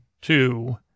two